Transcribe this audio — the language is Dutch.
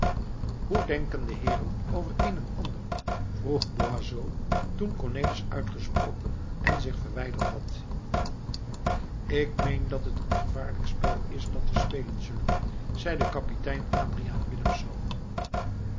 hoe denken de heeren over een en ander vroeg van boisot toen cornelis uitgesproken en zich verwijderd had ik meen dat het een gevaarlijk spel is dat we spelen zullen zeide kapitein adriaen willemsz